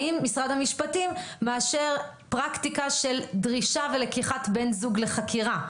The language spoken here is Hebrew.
האם משרד המשפטים מאשר פרקטיקה של דרישה ולקיחת בן זוג לחקירה,